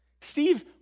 Steve